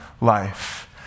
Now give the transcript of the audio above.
life